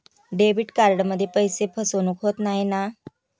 Debit कार्डमध्ये पैसे फसवणूक होत नाही ना?